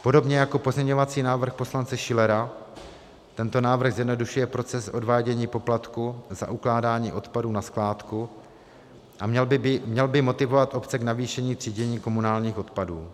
Podobně jako pozměňovací návrh poslance Schillera tento návrh zjednodušuje proces odvádění poplatku za ukládání odpadu na skládku a měl by motivovat obce k navýšení třídění komunálních odpadů.